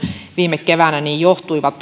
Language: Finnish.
viime keväänä johtui